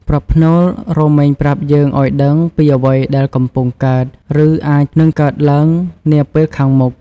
ប្រផ្នូលរមែងប្រាប់យើងឲ្យដឹងពីអ្វីដែលកំពុងកើត ឬអាចនឹងកើតឡើងនាពេលខាងមុខ។